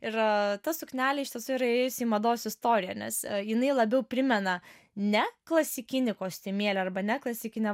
ir ta suknelė iš tiesų yra įėjusi į mados istoriją nes jinai labiau primena ne klasikinį kostiumėlį arba ne klasikinę